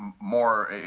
more